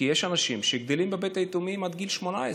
כי יש אנשים שגדלים בבית היתומים עד גיל 18,